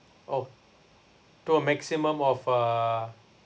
oh to a maximum of uh